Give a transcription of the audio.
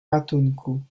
ratunku